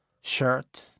shirt